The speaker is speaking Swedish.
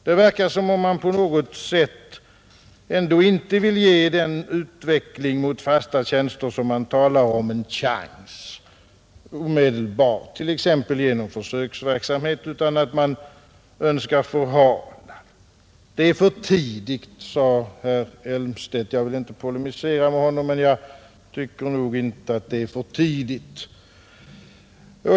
Det verkar som om man på något sätt ändå inte vill ge den utveckling mot fasta tjänster som man talar om en chans omedelbart, t.ex. genom försöksverksamhet. Man önskar förhala. Det är för tidigt, sade herr Elmstedt. Jag vill inte polemisera mot honom, men jag tycker inte att det är för tidigt.